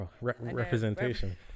representation